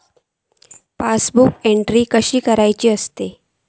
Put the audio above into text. Passbook entry कशी करुची असता?